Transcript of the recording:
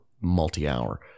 multi-hour